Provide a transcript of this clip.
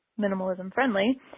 minimalism-friendly